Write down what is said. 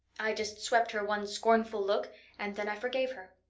i just swept her one scornful look and then i forgave her.